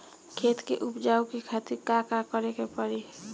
खेत के उपजाऊ के खातीर का का करेके परी?